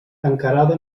encarada